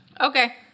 Okay